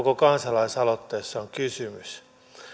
koko kansalaisaloitteessa on kysymys